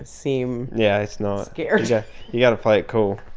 seem. yeah, it's not. scared yeah you got to play it cool.